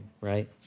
right